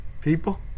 People